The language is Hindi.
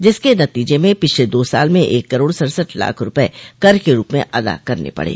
जिसके नतीजे में पिछले दो साल में एक करोड़ सड़सठ लाख रूपये कर के रूप में अदा करने पड़े